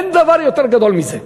אין דבר יותר גדול מזה.